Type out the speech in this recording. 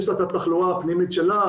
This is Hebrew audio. יש לה את התחלואה הפנימית שלה,